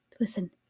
Listen